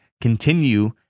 continue